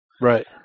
Right